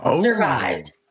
Survived